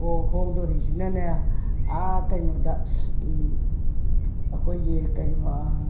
ꯑꯣ ꯍꯣꯡꯗꯣꯔꯤꯁꯤꯅꯅꯦ ꯑꯥ ꯀꯩꯅꯣꯗ ꯑꯩꯈꯣꯏꯒꯤ ꯀꯩꯅꯣ